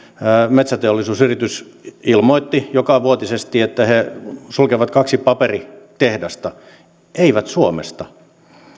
metsäteollisuusyritys ilmoitti jokavuotisesti että se sulkee kaksi paperitehdasta ei suomesta